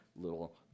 little